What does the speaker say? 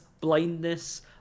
blindness